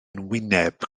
wyneb